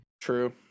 True